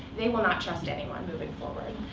they will not trust anyone, moving forward.